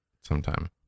sometime